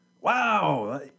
Wow